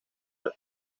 del